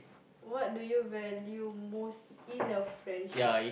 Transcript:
what do you value most in a friendship